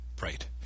Right